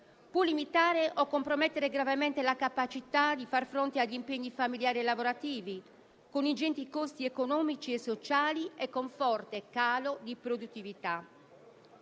può limitare o compromettere gravemente la capacità di far fronte agli impegni familiari e lavorativi, con ingenti costi economici e sociali e forte calo di produttività.